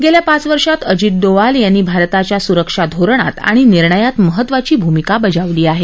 गेल्या पाच वर्षात अजित डोवाल यांनी भारताच्या सुरक्षा धोरणात आणि निर्णयात महत्वाची भूमिका बजावली आहे